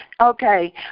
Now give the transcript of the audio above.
Okay